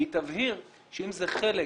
והיא תבהיר שאם זה חלק